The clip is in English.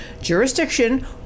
jurisdiction